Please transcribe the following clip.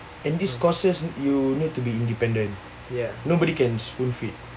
and these courses you need to be independent nobody can spoon feed